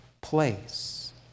place